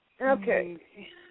Okay